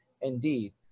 indeed